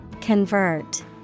Convert